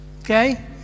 okay